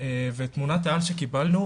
ותמונה העל שקיבלנו,